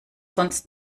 sonst